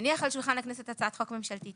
הניח על שולחן הכנסת הצעת חוק ממשלתית.